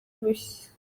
bushya